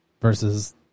versus